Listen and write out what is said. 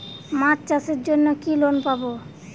মাছ চাষের জন্য কি লোন পাব?